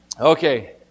Okay